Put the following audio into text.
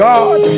God